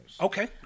Okay